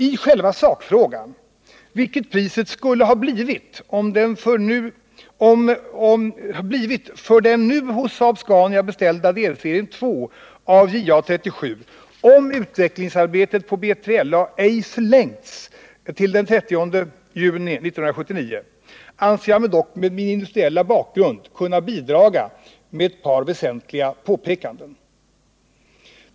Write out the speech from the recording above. I själva sakfrågan, vilket priset skulle ha blivit för den nu hos Saab-Scania beställda delserie 2 av JA 37 om utvecklingsarbetet på B3LA ej förlängts till den 30 juni 1979, anser jag mig dock med min industriella bakgrund kunna bidra med ett par väsentliga påpekanden.